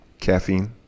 caffeine